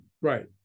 right